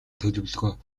төлөвлөгөө